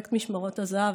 פרויקט משמרות הזהב,